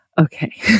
okay